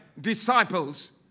disciples